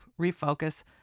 refocus